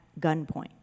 gunpoint